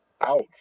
ouch